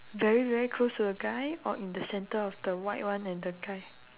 very very close to the guy or in the center of the white one and the guy